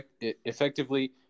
effectively